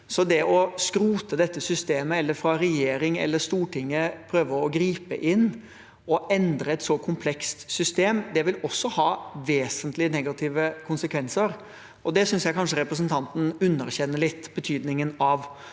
Det å skrote dette systemet eller fra regjeringens eller Stortingets side prøve å gripe inn og endre et så komplekst system vil også ha vesentlige negative konsekvenser. Det synes jeg kanskje representanten litt underkjenner betydningen av.